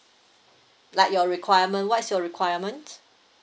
like your requirement what's your requirement